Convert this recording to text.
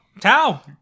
Tau